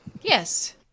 yes